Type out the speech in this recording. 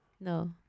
No